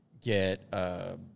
get –